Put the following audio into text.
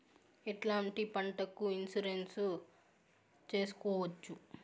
ఎట్లాంటి పంటలకు ఇన్సూరెన్సు చేసుకోవచ్చు?